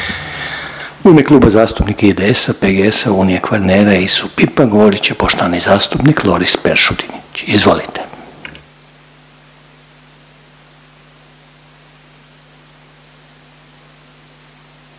U ime Kluba zastupnika IDS-a, PGS-a, Unije Kvarnera, ISU-PIP-a govorit će poštovani zastupnik Loris Peršurić. Izvolite.